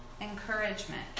encouragement